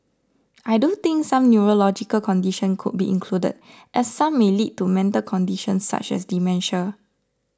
I do think some neurological conditions could be included as some may lead to mental conditions such as dementia